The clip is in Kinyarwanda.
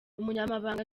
umunyamabanga